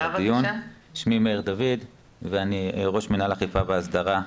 אני ראש מינהל אכיפה והסדרה.